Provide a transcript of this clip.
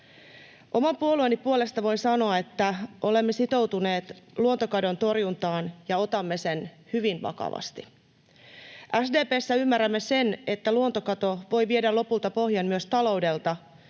Oman puolueeni puolesta voin sanoa, että olemme sitoutuneet luontokadon torjuntaan ja otamme sen hyvin vakavasti. SDP:ssä ymmärrämme sen, että luontokato voi viedä lopulta pohjan myös taloudelta.